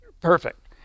perfect